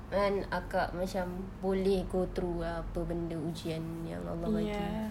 dan akak macam boleh go through lah apa ujian yang allah bagi